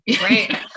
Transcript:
Right